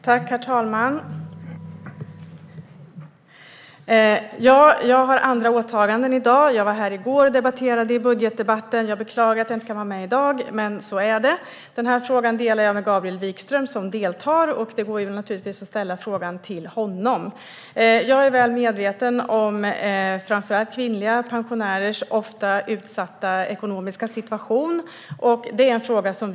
Herr talman! Jag har andra åtaganden i dag och beklagar att jag inte kan vara med i dag. Jag var dock här och debatterade i budgetdebatten i går. Detta område delar jag med Gabriel Wikström som deltar i debatten, och det går naturligtvis att ställa frågan till honom. Jag är väl medveten om att framför allt kvinnliga pensionärer har en ekonomiskt utsatt situation.